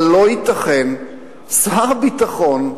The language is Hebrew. אבל לא ייתכן ששר ביטחון,